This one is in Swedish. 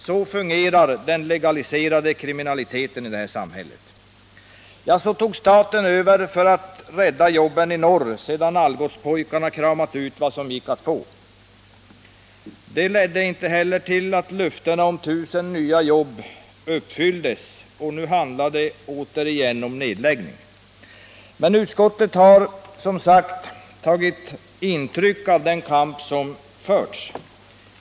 Så fungerar den legaliserade kriminaliteten i det här samhället. Nr 61 Så tog staten över för att rädda jobben i norr sedan Algotspojkarna kramat Onsdagen den ut vad som gick att få. Det ledde inte heller till att löftena om 1 000 nya jobb 20 december 1978 uppfylldes, och nu handlar det åter om nedläggning. Men utskottet har som sagt tagit intryck av den kamp som förts.